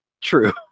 true